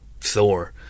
Thor